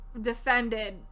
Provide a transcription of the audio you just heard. defended